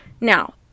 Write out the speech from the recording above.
now